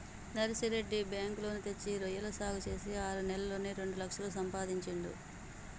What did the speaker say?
Narsireddy bank loan తెచ్చి రొయ్యల సాగు చేసి ఆరు నెలల్లోనే రెండు లక్షలు సంపాదించిండు